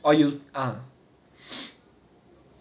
or you ah